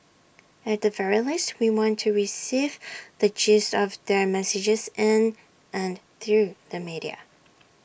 at the very least we want to receive the gist of their messages and and through the media